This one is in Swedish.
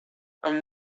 kom